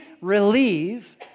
relieve